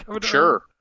Sure